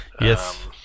Yes